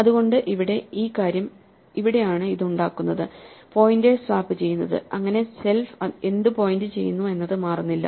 അതുകൊണ്ട് ഇവിടെ ഈ കാര്യം ഇവിടെയാണ് ഇത് ഉണ്ടാക്കുന്നത് പോയിന്റേഴ്സ് സ്വാപ്പ് ചെയ്യുന്നത് അങ്ങനെ സെൽഫ് എന്തു പോയിന്റ് ചെയ്യുന്നു എന്നത് മാറുന്നില്ല